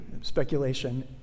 speculation